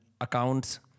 Accounts